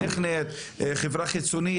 עם חברה חיצונית?